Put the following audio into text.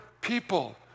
people